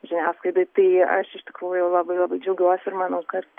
žiniasklaidoj tai aš iš tikrųjų labai labai džiaugiuosi ir manau kad